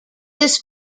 this